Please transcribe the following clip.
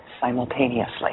Simultaneously